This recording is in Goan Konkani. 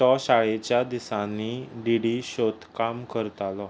तो शाळेच्या दिसांनी डीडी शोंत काम करतालो